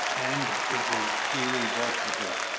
and it was irrevocable.